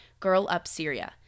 girlupsyria